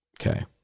Okay